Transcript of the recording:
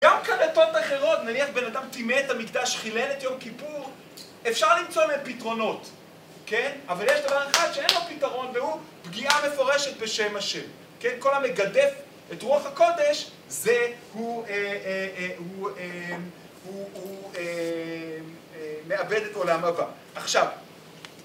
גם בדתות אחרות, נניח בן אדם טימא את המקדש חילל את יום כיפור אפשר למצוא להם פתרונות אבל יש דבר אחד שאין לו פתרון והוא פגיעה מפורשת בשם ה'.כל המגדף את רוח הקודש, זה הוא מאבד את עולם הבא. עכשיו